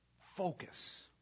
focus